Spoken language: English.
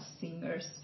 singers